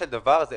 אם זה